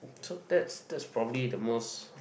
so that's that's probably the most